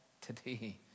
Today